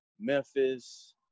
Memphis